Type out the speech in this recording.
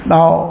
Now